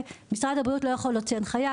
משרד הבריאות לא יכול להוציא הנחייה